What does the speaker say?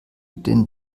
den